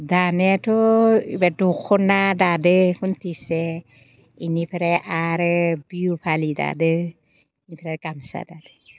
दानायाथ' एबारै दखना दादों खुन्थिसे बेनिफ्राय आरो बिहु फालि दादों बेनिफ्राय गामसा दादों